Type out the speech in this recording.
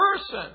person